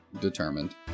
determined